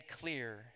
clear